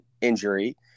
injury